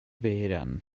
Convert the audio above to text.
vehrehan